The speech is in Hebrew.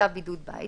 צו בידוד בית),